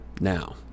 Now